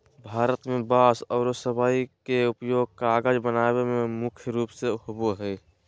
भारत में बांस आरो सबई के उपयोग कागज बनावे में मुख्य रूप से होबो हई